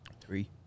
Three